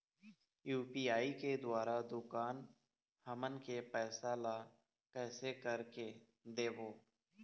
UPI के द्वारा दुकान हमन के पैसा ला कैसे कर के देबो?